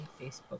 Facebook